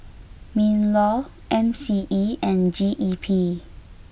Minlaw M C E and G E P